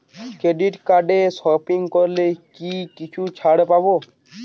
Credit কার্ডে shopping করলে কি কিছু ছাড় পাব?